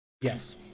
Yes